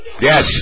Yes